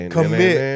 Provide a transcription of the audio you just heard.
Commit